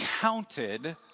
counted